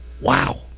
Wow